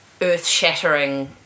earth-shattering